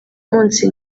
munsi